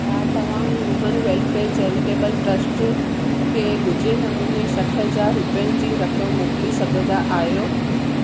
छा तव्हां human welfare charitable trust खे ॻुझे नमूने सठ हज़ार रुपियनि जी रक़म मोकिले सघंदा आहियो